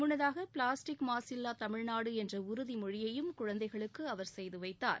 முன்னதாக பிளாஸ்டிக் மாசில்லா தமிழ்நாடு என்ற உறுதி மொழியையும் குழந்தைகளுக்கு அவா் செய்து வைத்தார்